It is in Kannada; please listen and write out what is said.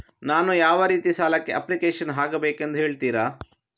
ನಾನು ಯಾವ ರೀತಿ ಸಾಲಕ್ಕೆ ಅಪ್ಲಿಕೇಶನ್ ಹಾಕಬೇಕೆಂದು ಹೇಳ್ತಿರಾ?